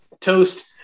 toast